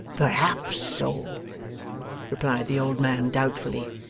perhaps so replied the old man doubtfully.